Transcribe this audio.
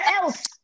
else